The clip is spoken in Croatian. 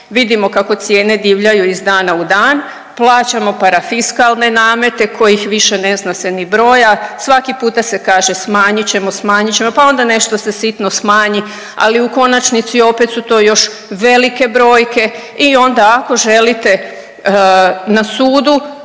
vidimo kako cijene divljaju iz dana u dan, plaćamo parafiskalne namete kojih više ne zna se ni broja svaki puta se kaže smanjit ćemo, smanjit ćemo. Pa onda nešto se sitno smanji, ali u konačnici opet su to još velike brojke i onda ako želite na sudu